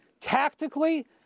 Tactically